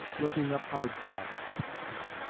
looking up hard spots